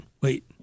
Wait